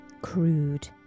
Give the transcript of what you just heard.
crude